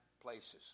places